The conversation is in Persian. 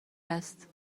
است